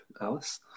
Alice